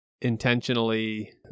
intentionally